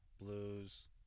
blues